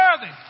worthy